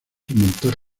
realizar